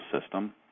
system